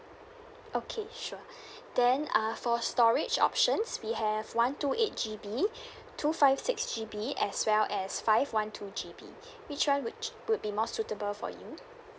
okay sure then uh for storage options we have one two eight G_b two five six G_B as well as five one two G_b which one would would be more suitable for you